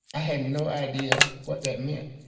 i had no idea what that meant.